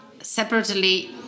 separately